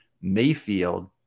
Mayfield